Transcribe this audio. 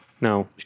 No